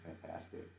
fantastic